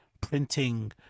printing